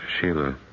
Sheila